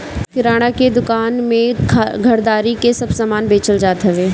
किराणा के दूकान में घरदारी के सब समान बेचल जात हवे